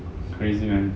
crazy man